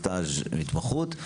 סטאז' והתמחות,